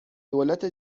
دولت